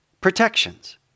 protections